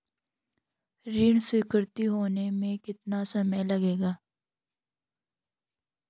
ऋण स्वीकृति होने में कितना समय लगेगा?